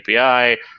API